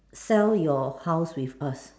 sell your house with us